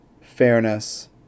fairness